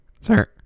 Sir